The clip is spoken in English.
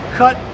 cut